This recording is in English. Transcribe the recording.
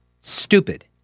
stupid